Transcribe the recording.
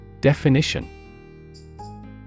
Definition